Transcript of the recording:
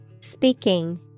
Speaking